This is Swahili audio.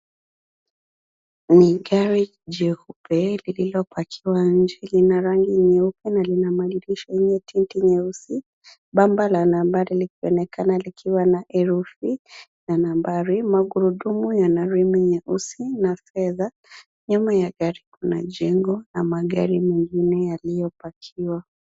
Ni gari jeupe lililopakiwa nje. Lina rangi nyeupe na lina madirisha yenye tint nyeusi. Bamba la nambari linaonekana likiwa na herufi na nambari. Magurudumu yana rimu nyeusi na fedha. Nyuma ya gari kuna jengo na magari mengine yaliyopakiwa.